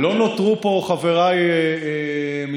לא נותרו פה חבריי מש"ס,